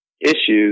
issues